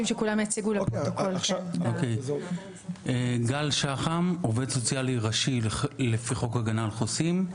אני עובד סוציאלי ראשי לפי חוק הגנה על חוסים,